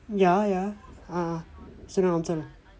ya ya ah ah student council